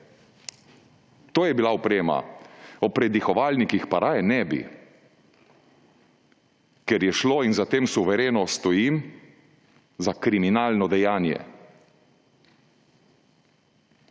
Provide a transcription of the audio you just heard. To je bila oprema. O predihovalnikih pa raje ne bi, ker je šlo, in za tem suvereno stojim, za kriminalno dejanje,